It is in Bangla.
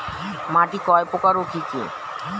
মাটি কয় প্রকার ও কি কি?